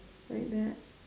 like that